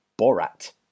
Borat